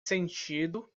sentido